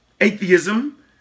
atheism